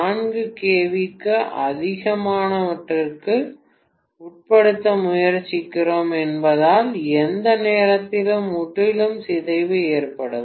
4 KV க்கும் அதிகமானவற்றுக்கு உட்படுத்த முயற்சிக்கிறோம் என்பதால் எந்த நேரத்திலும் முற்றிலும் சிதைவு ஏற்படும்